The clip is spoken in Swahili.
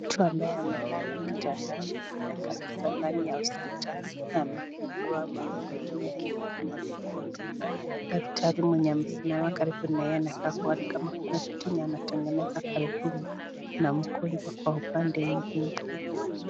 Mtu ambaye amelala kitandani, inakaa kitandani ya hosiptali amefungiwa macho nne ya nyekundu, daktari mwenye amesimama karibu na yeye anakaa kuwa ni kama kuna kitu yenye anatengeneza karibu na mgonjwa kwa upande ingine.